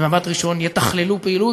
שממבט ראשון יתכללו פעילות,